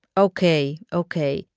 okay, okay,